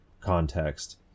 context